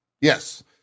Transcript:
yes